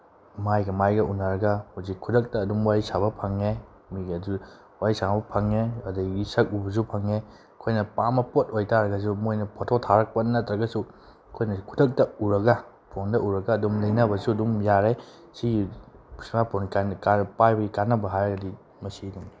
ꯃꯥꯏꯒ ꯃꯥꯏꯒ ꯎꯟꯅꯔꯒ ꯍꯧꯖꯤꯛ ꯈꯨꯗꯛꯇ ꯑꯗꯨꯝ ꯋꯥꯔꯤ ꯁꯥꯕ ꯐꯪꯉꯦ ꯃꯣꯏꯒꯤ ꯑꯗꯨ ꯋꯥꯔꯤ ꯁꯥꯕ ꯐꯪꯉꯦ ꯑꯗꯨꯗꯒꯤ ꯁꯛ ꯎꯕꯁꯨ ꯐꯪꯉꯦ ꯑꯩꯈꯣꯏꯅ ꯄꯥꯝꯕ ꯄꯣꯠ ꯑꯣꯏ ꯇꯥꯔꯒꯁꯨ ꯃꯣꯏꯅ ꯐꯣꯇꯣ ꯊꯥꯔꯛꯄ ꯅꯠꯇ꯭ꯔꯒꯁꯨ ꯑꯩꯈꯣꯏꯅ ꯈꯨꯗꯛꯇ ꯎꯔꯒ ꯐꯣꯟꯗ ꯎꯔꯒ ꯑꯗꯨꯝ ꯂꯩꯅꯕꯁꯨ ꯑꯗꯨꯝ ꯌꯥꯔꯦ ꯁꯤ ꯏꯁꯃꯥꯔꯠ ꯐꯣꯟ ꯄꯥꯏꯕꯒꯤ ꯀꯥꯟꯅꯕ ꯍꯥꯏꯔꯒꯗꯤ ꯃꯁꯤꯅꯤ